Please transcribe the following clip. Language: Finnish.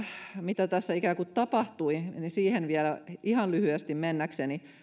mitä tässä tapahtui vielä ihan lyhyesti mennäkseni